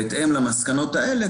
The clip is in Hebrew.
בהתאם למסקנות האלה,